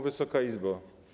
Wysoka Izbo!